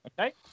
Okay